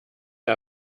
der